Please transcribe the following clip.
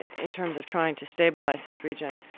in terms of trying to stabilise this region.